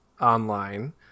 online